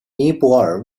尼泊尔